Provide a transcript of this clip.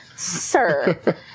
Sir